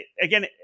again